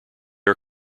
are